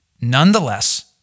Nonetheless